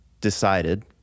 decided